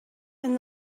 and